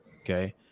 okay